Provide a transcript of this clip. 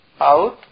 out